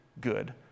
good